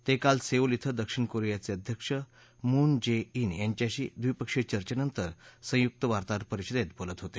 ते काल सेऊल इथं दक्षिण कोरियाचे अध्यक्ष मून जे इन यांच्यांशी द्वीपक्षीय चर्चेनंतर संयुक्त वार्ताहर परिषदेत बोलत होते